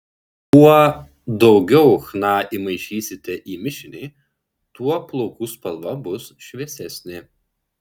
kuo daugiau chna įmaišysite į mišinį tuo plaukų spalva bus šviesesnė